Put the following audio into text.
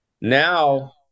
Now